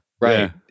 Right